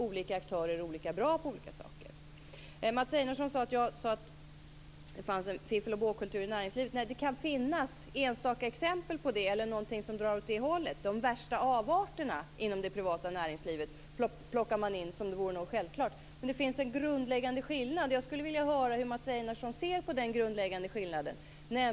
Olika aktörer är olika bra på vissa saker. Mats Einarsson sade att jag menade att det finns en fiffel och bågkultur i näringslivet. Nej, det kan finnas enstaka exempel på det eller sådant som drar åt det hållet. Man plockar in de värsta avarterna inom det privata näringlivet som om det vore någonting självklart. Men det finns en grundläggande skillnad, och jag skulle vilja höra hur Mats Einarsson ser på den skillnaden.